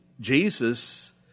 Jesus